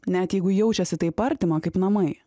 net jeigu jaučiasi taip artima kaip namai